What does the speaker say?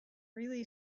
really